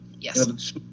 Yes